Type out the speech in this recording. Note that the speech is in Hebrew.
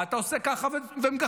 מה אתה עושה ככה ומגחך?